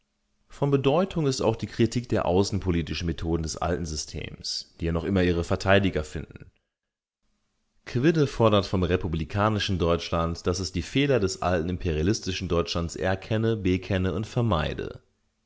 von bedeutung ist auch die kritik der außenpolitischen methoden des alten systems die ja noch immer ihre verteidiger finden quidde fordert vom republikanischen deutschland daß es die fehler des alten imperialistischen deutschland erkenne bekenne und vermeide